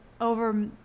over